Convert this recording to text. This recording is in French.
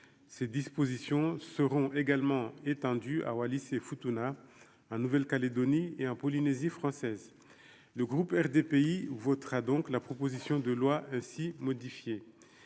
ces dispositions seront également étendu à Wallis et Futuna, hein, Nouvelle-Calédonie et en Polynésie française, le groupe RDPI ou votera donc la proposition de loi ainsi modifiée